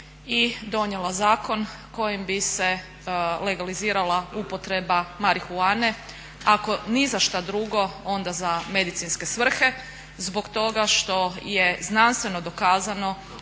i donijela zakon kojim bi se legalizirala upotreba marihuane, ako ni za što drugo onda za medicinske svrhe zbog toga što je znanstveno dokazano